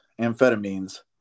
amphetamines